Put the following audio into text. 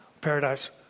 paradise